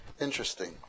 interesting